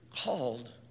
called